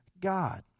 God